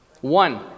One